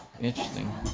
interesting